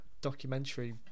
documentary